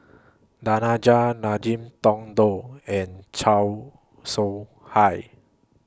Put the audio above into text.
Danaraj Ngiam Tong Dow and Chan Soh Hai